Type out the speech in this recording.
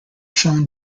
shown